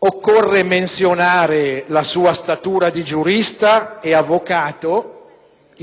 occorre menzionarne la statura di giurista ed avvocato, in cui